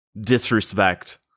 disrespect